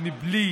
בלי